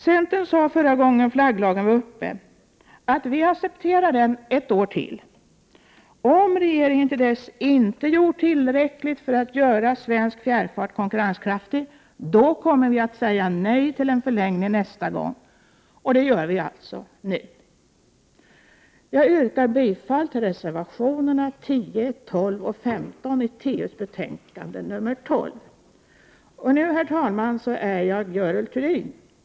Centern sade förra gången flagglagen var uppe till debatt att vi accepterar den ett år till, men om regeringen till dess inte gjort tillräckligt för att göra svensk fjärrfart konkurrenskraftig kommer vi att säga nej till en förlängning nästa gång. Och det gör vi alltså nu. Jag yrkar bifall till reservationerna 10, 12 och 15 i trafikutskottets betänkande nr 12. Och nu, herr talman, är jag Görel Thurdin!